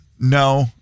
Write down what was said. No